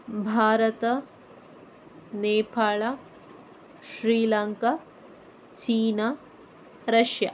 Bharat Nepal Sri Lanka China Russia